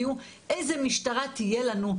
איזה משטרה תהיה לנו?